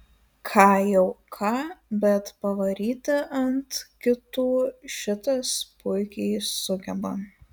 ką jau ką bet pavaryti ant kitų šitas puikiai sugeba